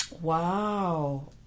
Wow